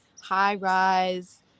high-rise